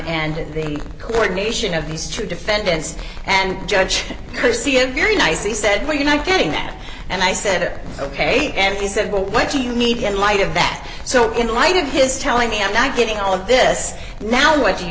and the coordination of these two defendants and judge could see him very nice he said were you not getting that and i said ok and he said well what you need in light of that so in light of his telling me i'm not getting all of this now what do you